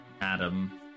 Adam